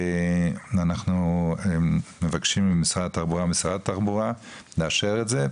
ואנחנו מבקשים ממשרד התחבורה ומשרת התחבורה לאשר את זה.